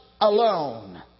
alone